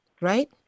right